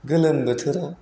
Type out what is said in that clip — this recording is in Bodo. गोलोम बोथाराव